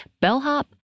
bellhop